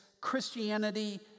Christianity